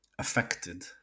affected